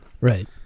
Right